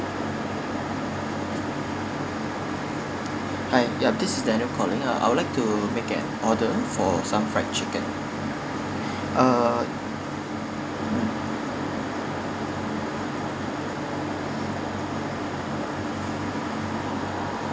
hi ya this is daniel calling uh I would like to make an order for some fried chicken uh